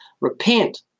repent